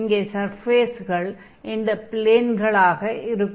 இங்கே சர்ஃபேஸ்கள் இந்த ப்ளேன்களாக இருக்கும்